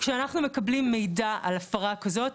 כשאנחנו מקבלים מידע על הפרה כזאת,